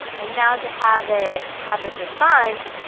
and now to have it have this response,